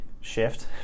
shift